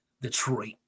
Detroit